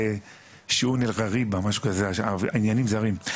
הפירוש עניינים זרים.